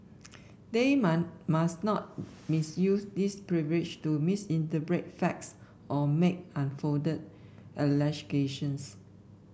they must not misuse this privilege to misrepresent facts or make unfounded allegations